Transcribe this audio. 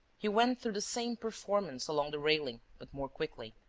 he went through the same performance along the railing, but more quickly.